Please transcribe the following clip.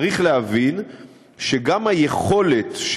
צריך להבין שגם היכולת,